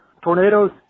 tornadoes